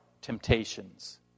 temptations